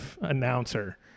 announcer